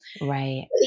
Right